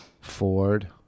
Ford